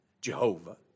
Jehovah